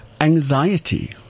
anxiety